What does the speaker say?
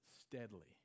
steadily